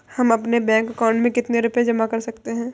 हम अपने bank account में कितने रुपये जमा कर सकते हैं?